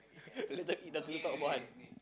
later eat nothing to talk about